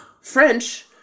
French